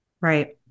Right